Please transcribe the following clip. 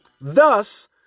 thus